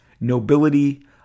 nobility